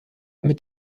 mit